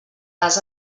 les